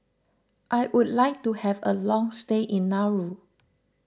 I would like to have a long stay in Nauru